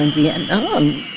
and vietnam.